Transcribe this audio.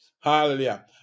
Hallelujah